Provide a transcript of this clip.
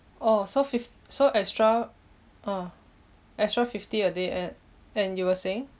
oh so fif~ so extra ah extra fifty a day a~ and you were saying